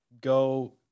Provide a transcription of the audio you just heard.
go –